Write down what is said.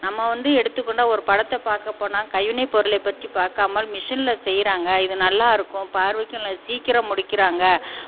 நம்ம வந்து எடுத்துக்கொண்டால் ஒரு படத்தைப் பார்க்கப் போனால் கைவினைப் பொருளை பற்றி பார்க்காமல் மிஷினில் செய்கிறாங்க இது நல்லா இருக்கும் பார்வைக்கும் நல்ல சீக்கிரம் முடிக்கிறாங்க